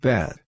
Bad